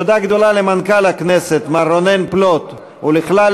תודה גדולה למנכ"ל הכנסת מר רונן פלוט ולכלל